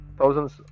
thousands